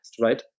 right